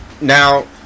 Now